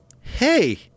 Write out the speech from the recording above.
hey—